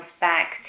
back